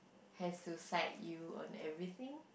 has to side you on everything